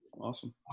Awesome